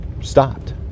stopped